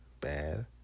Bad